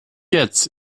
jetzt